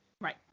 Right